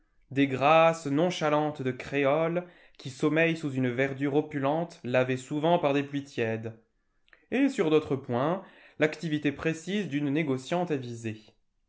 des grâces nonchalantes de créole qui sommeille sous une verdure opulente lavée souvent par des pluies tièdes et sur d'autres points l'activité précise d'une négociante avisée